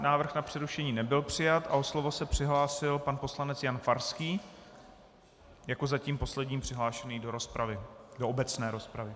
Návrh na přerušení nebyl přijat a o slovo se přihlásil pan poslanec Jan Farský jako zatím poslední přihlášený do obecné rozpravy.